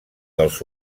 dels